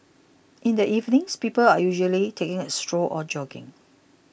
in the evenings people are usually taking a stroll or jogging